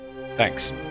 Thanks